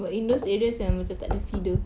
but in those areas yang macam tak ada feeder